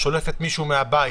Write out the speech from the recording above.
שולפת מישהו מהבית,